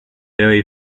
very